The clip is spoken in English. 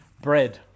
Bread